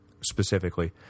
specifically